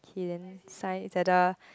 k then sign it's at the